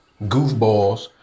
goofballs